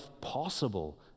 possible